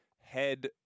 head